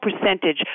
percentage